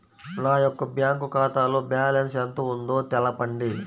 నా యొక్క బ్యాంక్ ఖాతాలో బ్యాలెన్స్ ఎంత ఉందో తెలపండి?